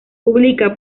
publica